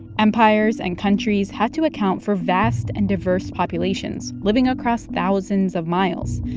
empires and countries had to account for vast and diverse populations living across thousands of miles.